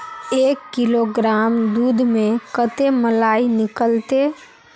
एक किलोग्राम दूध में कते मलाई निकलते?